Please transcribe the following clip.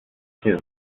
too